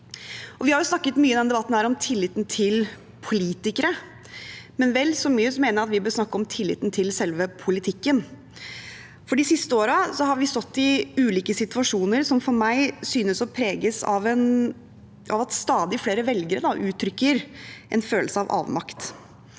i denne debatten om tilliten til politikere, men vel så mye mener jeg at vi bør snakke om tilliten til selve politikken. De siste årene har vi stått i ulike situasjoner som for meg synes å preges av at stadig flere velgere uttrykker en følelse av avmakt.